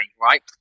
right